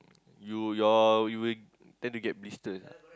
you your you will tend to get blisters